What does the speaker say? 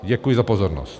Děkuji za pozornost.